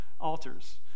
altars